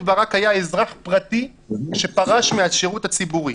ברק היה אזרח פרטי שפרש מהשירות הציבורי".